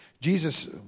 Jesus